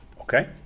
Okay